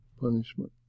punishment